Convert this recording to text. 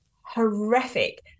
horrific